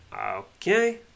okay